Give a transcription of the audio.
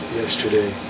yesterday